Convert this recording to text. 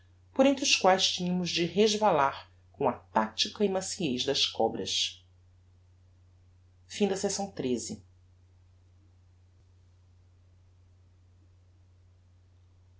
por entre os quaes tinhamos de resvalar com a tactica e maciez das cobras